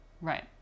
Right